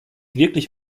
wirklich